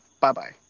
bye-bye